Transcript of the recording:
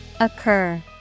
Occur